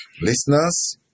Listeners